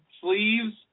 sleeves